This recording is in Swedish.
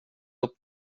upp